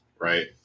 Right